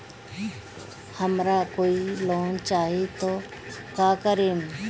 हमरा कोई लोन चाही त का करेम?